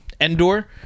Endor